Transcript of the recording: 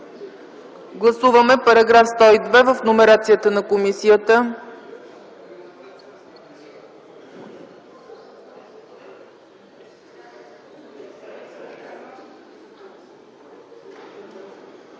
Гласуваме § 102 в номерацията на комисията.